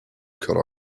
collar